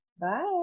Bye